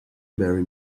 marry